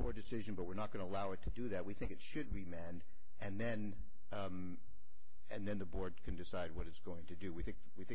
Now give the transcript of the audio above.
four decision but we're not going to allow it to do that we think it should be manned and then and then the board can decide what it's going to do we think we think